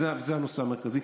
זה הנושא המרכזי,